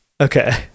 Okay